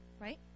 right